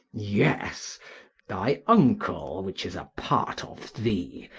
yes thy uncle, which is a part of thee,